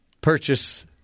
purchase